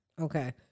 Okay